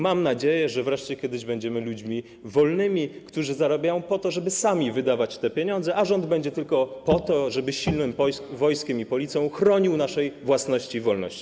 Mam nadzieję, że kiedyś wreszcie będziemy ludźmi wolnymi, którzy zarabiają po to, żeby sami wydawać te pieniądze, a rząd będzie tylko po to, żeby silnym wojskiem i policją chronić naszą własność i wolność.